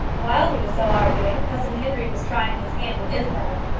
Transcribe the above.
while he was so arguing, cousin henry was trying his hand with isabel.